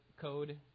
Code